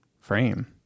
frame